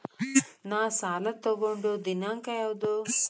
ನಾ ಸಾಲ ತಗೊಂಡು ದಿನಾಂಕ ಯಾವುದು?